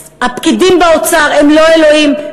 הפקידים באוצר הם לא אלוהים.